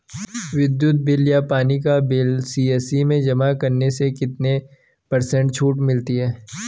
विद्युत बिल या पानी का बिल सी.एस.सी में जमा करने से कितने पर्सेंट छूट मिलती है?